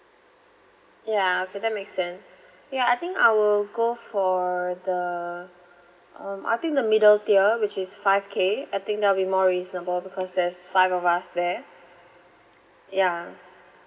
ya okay that makes sense ya I think I will go for the um I think the middle tier which is five K I think that'll be more reasonable because there's five of us there ya